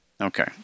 Okay